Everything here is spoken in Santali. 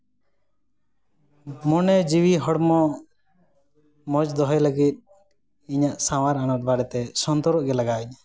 ᱢᱚᱱᱮ ᱡᱤᱣᱤ ᱦᱚᱲᱢᱚ ᱢᱚᱡᱽ ᱫᱚᱦᱚᱭ ᱞᱟᱹᱜᱤᱫ ᱤᱧᱟᱹᱜ ᱥᱟᱶᱟᱨ ᱟᱱᱟᱴ ᱵᱟᱨᱮᱛᱮ ᱥᱚᱱᱛᱚᱨᱚᱜ ᱜᱮ ᱞᱟᱜᱟᱣᱤᱧᱟᱹ